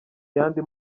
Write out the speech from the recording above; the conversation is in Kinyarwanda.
yandi